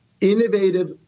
innovative